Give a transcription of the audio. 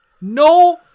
No